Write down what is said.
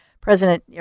President